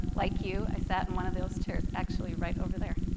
like you, i sat in one of those chairs actually, right over there.